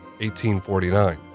1849